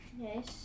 yes